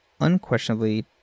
unquestionably